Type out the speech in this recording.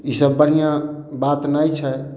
ई सब बढ़िआँ बात नहि छै